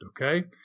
Okay